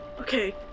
okay